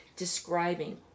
Describing